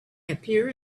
appear